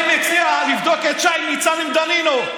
אני מציע לבדוק את שי ניצן עם דנינו.